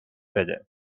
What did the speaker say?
بده